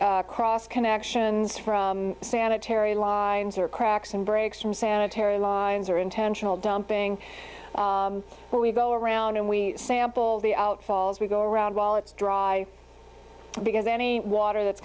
cross connections from sanitary lives or cracks and breaks from sanitary lines or intentional dumping where we go around and we sample the outfalls we go around while it's dry because any water that's